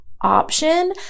option